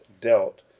dealt